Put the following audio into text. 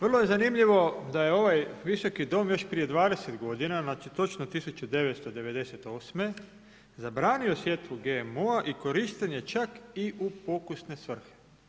Vrlo je zanimljivo da je ovaj Visoki dom još prije 20 godina znači 1998. zabranio sjetvu GMO-a i korištenje čak i u pokusne svrhe.